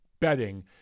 betting